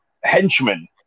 henchmen